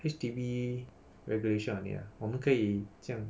H_D_B regulation on it ah 我们可以这样